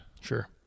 Sure